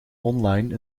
online